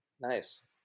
Nice